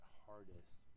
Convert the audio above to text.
hardest